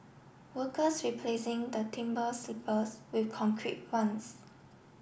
workers replacing the timber sleepers with concrete ones